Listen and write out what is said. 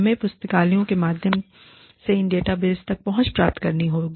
हमें पुस्तकालयों के माध्यम से इन डेटाबेस तक पहुंच प्राप्त करनी होगी